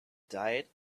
diet